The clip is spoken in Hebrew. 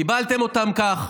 קיבלתם אותם כך.